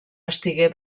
estigué